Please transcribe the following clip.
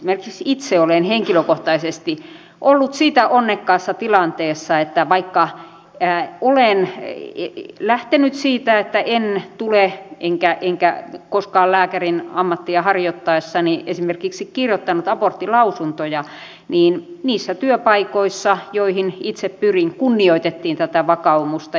esimerkiksi itse olen henkilökohtaisesti ollut siitä onnekkaassa tilanteessa että vaikka olen lähtenyt siitä että en tule esimerkiksi kirjoittamaan enkä koskaan lääkärin ammattia harjoittaessani kirjoittanut aborttilausuntoja niin niissä työpaikoissa joihin itse pyrin kunnioitettiin tätä vakaumusta